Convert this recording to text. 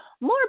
more